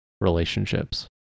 Relationships